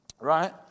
right